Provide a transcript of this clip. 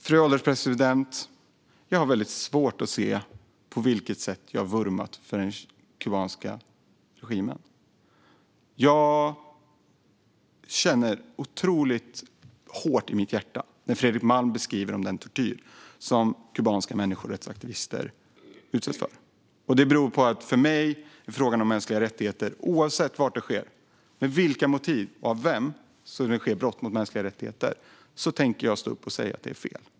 Fru ålderspresident! Jag har väldigt svårt att se på vilket sätt vi har vurmat för den kubanska regimen. Jag känner det otroligt hårt i mitt hjärta när Fredrik Malm beskriver den tortyr som kubanska människorättsaktivister utsätts för. Det beror på att oavsett var, med vilka motiv och av vem som brott mot mänskliga rättigheter begås tänker jag stå upp och säga att det är fel.